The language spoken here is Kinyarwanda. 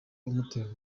amutera